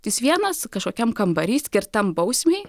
jis vienas kažkokiam kambary skirtam bausmei